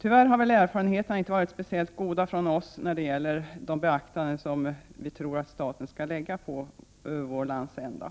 Tyvärr har väl erfarenheterna inte varit speciellt goda hos oss när det gäller beaktanden som vi tror att staten skall göra när det gäller vår landsända.